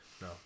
No